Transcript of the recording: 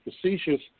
facetious